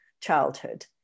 childhood